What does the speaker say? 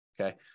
Okay